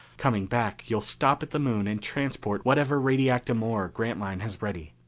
coming back, you'll stop at the moon and transport whatever radiactum ore grantline has ready.